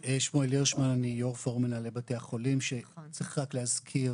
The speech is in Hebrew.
אני יו"ר פורום מנהלי בתי החולים, שצריך רק להזכיר